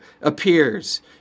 appears